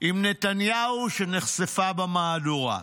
עם נתניהו שנחשפה במהדורה.